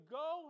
go